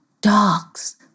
dogs